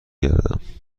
گردم